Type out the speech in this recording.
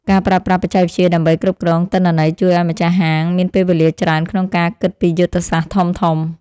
ការប្រើប្រាស់បច្ចេកវិទ្យាដើម្បីគ្រប់គ្រងទិន្នន័យជួយឱ្យម្ចាស់ហាងមានពេលវេលាច្រើនក្នុងការគិតពីយុទ្ធសាស្ត្រធំៗ។